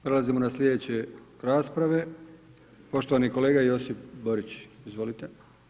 Prelazimo na sljedeće rasprave, poštovani kolega Josip Borić, izvolite.